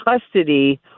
custody